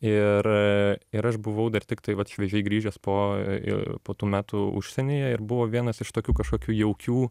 ir ir aš buvau dar tiktai vat šviežiai grįžęs po jo po tų metų užsienyje ir buvo vienas iš tokių kažkokių jaukių